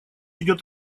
идёт